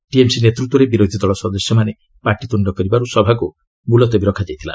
TMC ନେତୃତ୍ୱରେ ବିରୋଧୀଦଳ ସଦସ୍ୟମାନେ ପାଟିତ୍ରଣ୍ଣ କରିବାରୁ ସଭାକୁ ମୁଲତବୀ ରଖାଯାଇଥିଲା